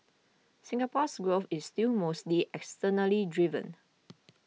Singapore's growth is still mostly externally driven